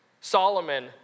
Solomon